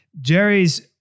Jerry's